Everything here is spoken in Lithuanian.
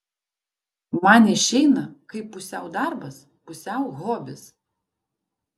man išeina kaip pusiau darbas pusiau hobis